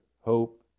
hope